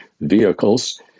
vehicles